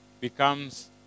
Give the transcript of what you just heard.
becomes